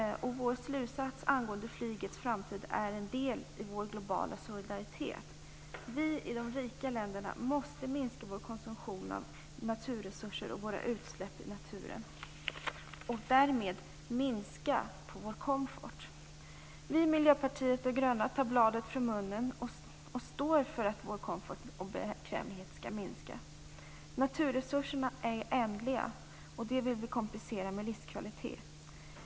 Vår slutsats angående flygets framtid är en del i vår globala solidaritet. Vi i de rika länderna måste minska vår konsumtion av naturresurser och våra utsläpp i naturen. Därmed minskar vi på vår komfort. Vi i Miljöpartiet de gröna tar bladet från munnen och står för att vår komfort och bekvämlighet skall minska. Naturresurserna är ändliga, och det vill vi kompensera med livskvalitet.